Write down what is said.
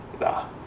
Nah